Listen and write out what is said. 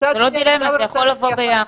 זו לא דילמה, זה יכול לבוא ביחד.